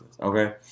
Okay